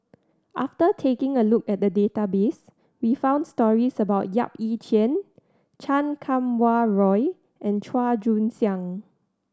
after taking a look at the database we found stories about Yap Ee Chian Chan Kum Wah Roy and Chua Joon Siang